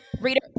Reader